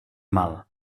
mal